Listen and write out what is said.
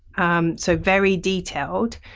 um so very detailed,